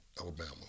Alabama